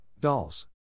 dolls